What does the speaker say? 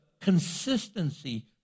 consistency